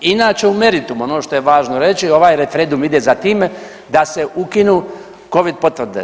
Inače u meritumu, ono što je važno reći, ovaj referendum ide za tim da se ukinu covid potvrde.